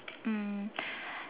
mm